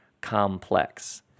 complex